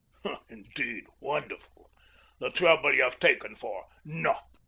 indeed! wonderful the trouble ye've taken for nothing.